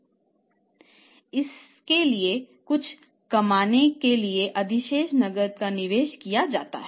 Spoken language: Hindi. इसमें से कुछ कमाने के लिए अधिशेष नकद का निवेश किया जाता है